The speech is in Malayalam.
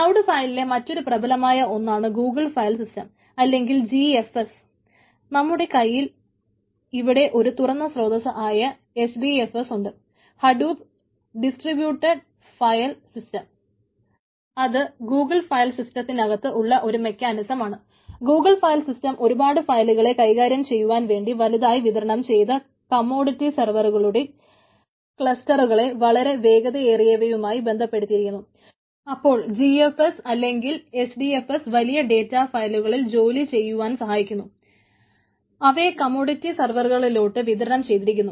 ക്ലൌഡ് ഫയലിലെ മറ്റൊരു പ്രബലമായ ഒന്നാണ് ഗൂഗുൾ ഫയൽ സിസ്റ്റം അല്ലെങ്കിൽ ജി എഫ് എസ്സ് ബന്ധപ്പെടുത്തിയിരിക്കുന്നു